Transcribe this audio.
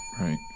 Right